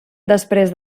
després